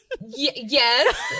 Yes